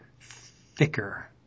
thicker